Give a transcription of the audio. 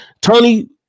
Tony